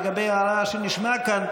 לגבי הערה שנשמעה כאן,